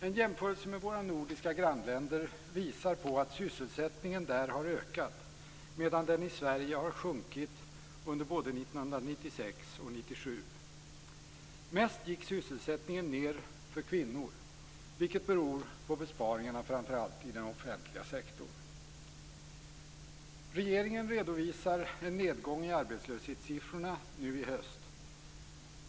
En jämförelse med våra nordiska grannländer visar att sysselsättningen där har ökat, medan den i Sverige har sjunkit under både 1996 och 1997. Mest gick sysselsättningen ned för kvinnor, vilket framför allt beror på besparingarna i den offentliga sektorn. Regeringen redovisar en nedgång i arbetslöshetssiffrorna nu i höst.